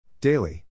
Daily